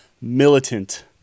militant